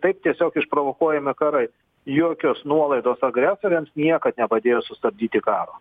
taip tiesiog išprovokuojami karai jokios nuolaidos agresoriams niekad nepadėjo sustabdyti karo